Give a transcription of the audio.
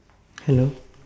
hello